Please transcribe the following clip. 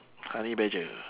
honey badger